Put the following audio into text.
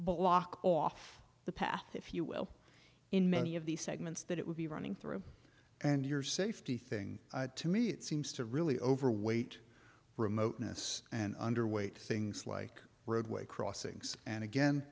block off the path if you will in many of the segments that it would be running through and your safety thing to me it seems to really overweight remoteness and underweight things like roadway crossings and again